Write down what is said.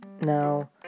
now